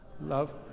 Love